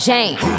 Jane